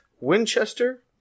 Winchester